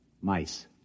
Mice